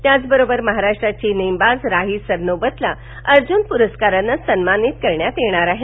त्याचबरोबर महाराष्ट्राची नेमबाज राही सरनोबतला अर्जुन पुरस्काराने सन्मानित करण्यात येणार आहे